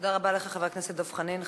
תודה רבה לך, חבר הכנסת דב חנין.